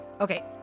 okay